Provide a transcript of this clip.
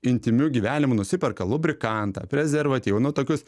intymiu gyvenimu nusiperka lubrikantą prezervatyvų nu tokius